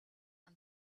and